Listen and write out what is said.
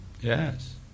Yes